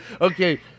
Okay